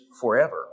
forever